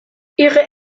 ihre